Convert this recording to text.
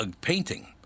painting